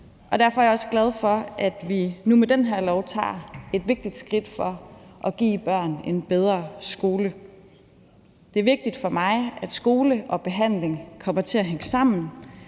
Derfor er jeg også glad for, at vi nu med de her lovforslag tager et vigtigt skridt for at give børn en bedre skole. Det er vigtigt for mig, at skole og behandling kommer til at hænge sammen,